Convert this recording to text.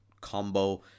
Combo